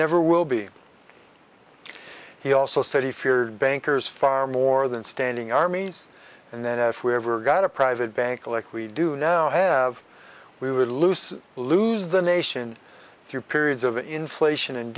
never will be he also said he feared bankers far more than standing armies and then if we ever got a private bank like we do now have we would loose lose the nation through periods of inflation and